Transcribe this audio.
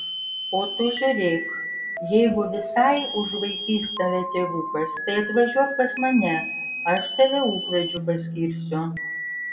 o tu žiūrėk jeigu visai užvaikys tave tėvukas tai atvažiuok pas mane aš tave ūkvedžiu paskirsiu